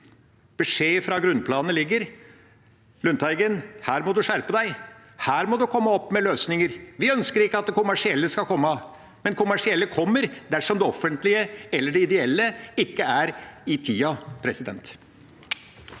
beskjed fra grunnplanet ligger. – Lundteigen, her må du skjerpe deg! Her må du komme opp med løsninger. Vi ønsker ikke at de kommersielle skal komme, men de kommersielle kommer dersom det offentlige eller de ideelle ikke er i tida. Presidenten